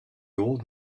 old